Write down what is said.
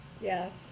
Yes